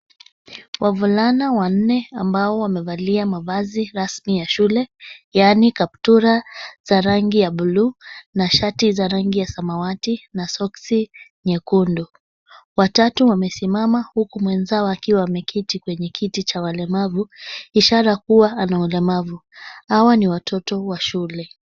Wavulana wanne ambao wamevalia mavazi rasmi ya shule yaani kaptula za rangi ya bluu na shati za rangi ya samawati na soksi nyekundu. Watatu wamesimama huku mwenzao akiwa ameketi kwenye kiti cha walemavu, ishara kuwa ana ulemavu. Hawa ni watoto wa shule.